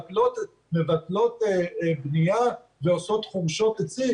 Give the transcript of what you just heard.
מבטלות בנייה ועושות חורשות עצים.